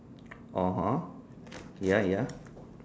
(uh huh) ya ya